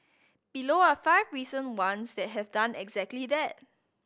below are five recent ones that have done exactly that